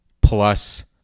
plus